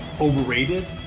overrated